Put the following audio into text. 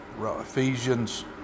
Ephesians